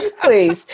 please